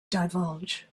divulge